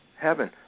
heaven